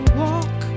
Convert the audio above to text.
walk